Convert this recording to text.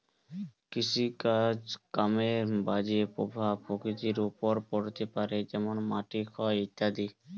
কৃষিকাজ কামের বাজে প্রভাব প্রকৃতির ওপর পড়তে পারে যেমন মাটির ক্ষয় ইত্যাদি